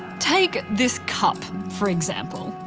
take this cup, for example.